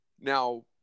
now